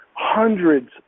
hundreds